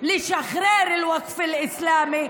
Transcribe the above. לשחרר אל-ווקף אל-אסלאמי,